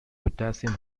potassium